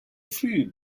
früh